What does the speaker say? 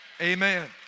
Amen